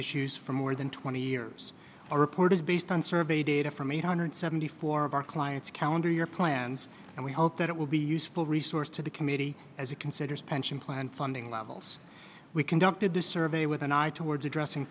issues for more than twenty years our report is based on survey data from eight hundred seventy four of our clients calendar year plans and we hope that it will be useful resource to the committee as it considers pension plan funding levels we conducted the survey with an eye towards addressing